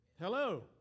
Hello